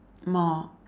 more